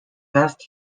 best